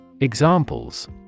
Examples